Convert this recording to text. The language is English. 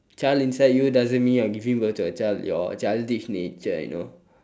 child inside you doesn't mean you are giving birth to a child your childish nature you know